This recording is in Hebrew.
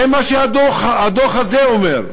זה מה שהדוח הזה אומר.